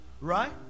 Right